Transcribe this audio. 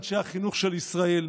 אנשי החינוך של ישראל.